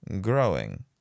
growing